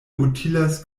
utilas